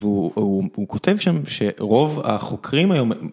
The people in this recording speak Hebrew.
והוא כותב שם שרוב החוקרים היום...